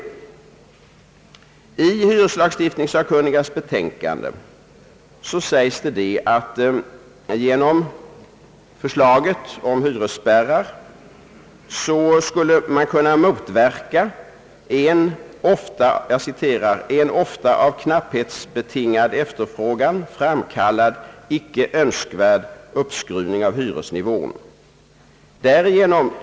I hyreslagstiftningssakkunnigas betänkande sägs att genom förslaget om hyresspärrar skulle man kunna motverka en »ofta av knapphetsbetingad efterfrågan framkallad icke önskvärd uppskruvning av hyresnivån».